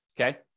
okay